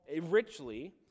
richly